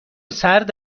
سرد